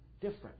different